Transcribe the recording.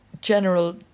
general